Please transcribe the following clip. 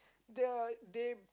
the they